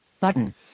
Button